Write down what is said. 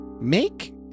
make